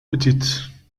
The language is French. petites